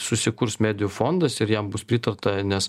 susikurs medijų fondas ir jam bus pritarta nes